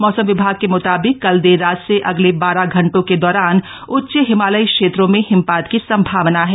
मौसम विभाग के मुताबिक कल देर रात से अगले बारह घंटों के दौरान उच्च हिमालयी क्षेत्रों में हिमपात की संभावना है